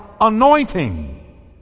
anointing